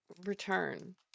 return